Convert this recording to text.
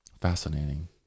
Fascinating